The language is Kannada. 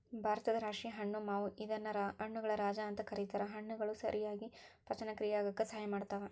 ಭಾರತದ ರಾಷ್ಟೇಯ ಹಣ್ಣು ಮಾವು ಇದನ್ನ ಹಣ್ಣುಗಳ ರಾಜ ಅಂತ ಕರೇತಾರ, ಹಣ್ಣುಗಳು ಸರಿಯಾಗಿ ಪಚನಕ್ರಿಯೆ ಆಗಾಕ ಸಹಾಯ ಮಾಡ್ತಾವ